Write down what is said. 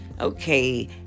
Okay